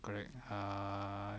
correct ah